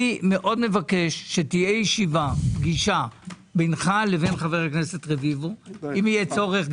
אני מאוד מבקש שתהיה ישיבה בינך לחבר הכנסת רביבו אם יהיה צורך,